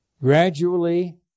gradually